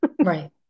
Right